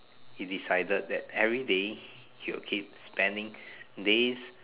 he decided that everyday he will keep spending days